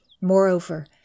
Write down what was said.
Moreover